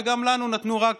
גם לנו נתנו רק